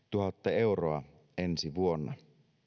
euroa ensi vuonna